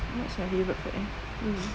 what's your favourite food eh